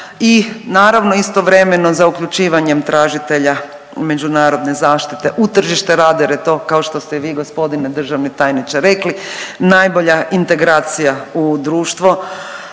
Naravno istovremeno za uključivanjem tražitelja međunarodne zaštite u tržište rada, jer je to kao što ste vi gospodine državni tajniče rekli najbolja integracija u društvo